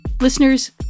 Listeners